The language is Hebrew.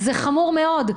זה חמור מאוד,